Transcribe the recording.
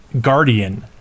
guardian